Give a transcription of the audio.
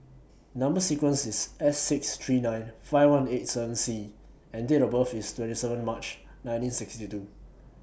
Number sequence IS S six three nine five one eight seven C and Date of birth IS twenty seven March nineteen sixty two